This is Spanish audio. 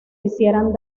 hicieran